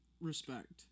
respect